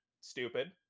Stupid